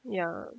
ya